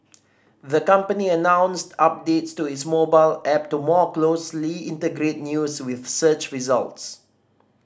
the company announced updates to its mobile app to more closely integrate news with search results